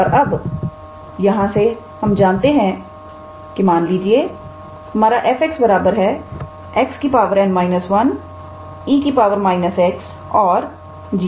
और अभी यहां से हम जानते हैं कि मान लीजिए हमारा 𝑓𝑥 𝑥 𝑛−1𝑒 −𝑥 और g